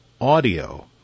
audio